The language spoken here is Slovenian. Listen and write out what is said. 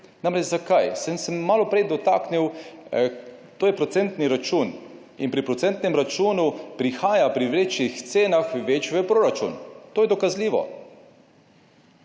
(nadaljevanje) Sem se malo prej dotaknil, to je procentni račun in pri procentnem računu prihaja pri večjih cenah več v proračun. To je dokazljivo.